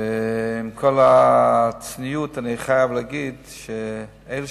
ועם כל הצניעות אני חייב להגיד שאלה